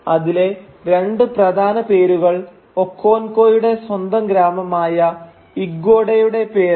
അതിലെ രണ്ട് പ്രധാന പേരുകൾ ഒക്കോൻകോയുടെ സ്വന്തം ഗ്രാമമായ ഇഗ്വേടോയുടെ പേരാണ്